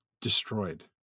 destroyed